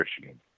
Michigan